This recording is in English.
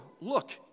Look